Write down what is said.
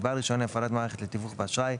לבעל רישיון להפעלת מערכת לתיווך באשראי,